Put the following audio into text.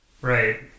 right